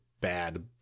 bad